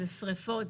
זה שריפות,